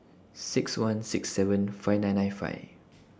six one six seven five nine nine five